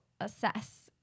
assess